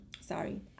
sorry